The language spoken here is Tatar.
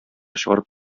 чыгарып